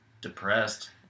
depressed